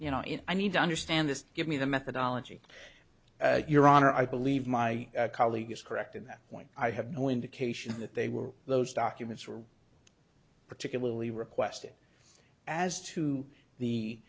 you know if i need to understand this give me the methodology your honor i believe my colleague is correct in that point i have no indication that they were those documents were particularly requested as to the